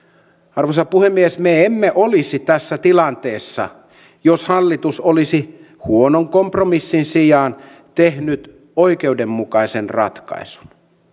arvoisa puhemies me emme olisi tässä tilanteessa jos hallitus olisi huonon kompromissin sijaan tehnyt oikeudenmukaisen ratkaisun